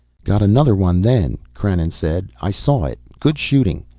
got another one then, krannon said. i saw it. good shooting.